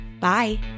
Bye